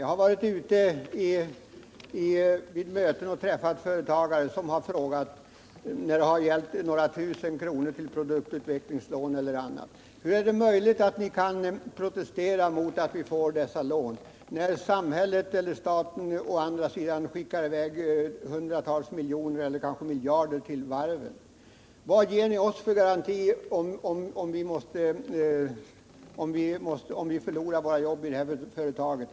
Jag har varit ute vid möten och träffat företagare som, när det har gällt några tusen kronor till produktutvecklingslån eller annat har frågat: Hur är det möjligt att ni kan protestera mot att vi får dessa lån, när staten skickar i väg hundratals miljoner — eller kanske några miljarder — till varven? Vad ger ni oss för garanti av det slag som man har gett vid varven, om vi förlorar våra jobb i företaget?